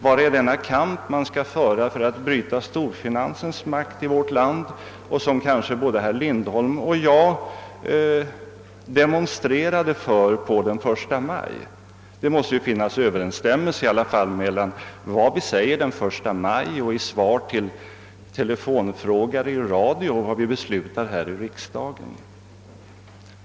Vad blev det av den kamp man skulle föra för att bryta storfinansens makt i vårt land och som troligen både herr Lindholm och jag demonstrerade för den 1 maj? Det måste väl i alla fall finnas överensstämmelse mellan vad vi säger den 1 maj och vad vi beslutar här i riksdagen.